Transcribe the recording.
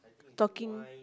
talking